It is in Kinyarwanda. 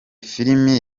filimi